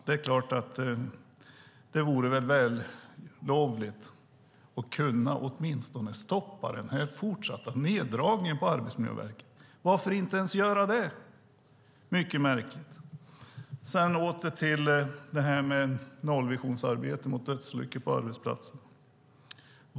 Det vore vällovligt att åtminstone kunna stoppa den fortsatta neddragningen på Arbetsmiljöverket. Varför kan man inte göra det? Det är mycket märkligt. Jag kommer åter till nollvisionsarbetet när det gäller dödsolyckor på arbetsplatserna.